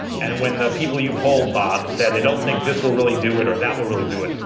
and when the people you polled, bob, said they don't think this will really do it, or that will really do it.